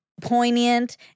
poignant